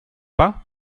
pas